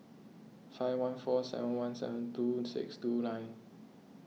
five one four seven one seven two six two nine